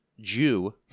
Jew